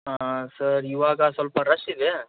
ಹಾಂ ಸರ್ ಈಗ ಸ್ವಲ್ಪ ರಶ್ಶಿದೆ